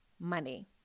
money